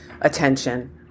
attention